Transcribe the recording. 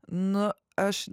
na aš